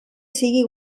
sigui